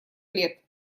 лет